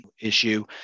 issue